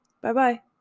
Bye-bye